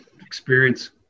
experience